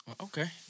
Okay